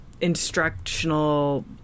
instructional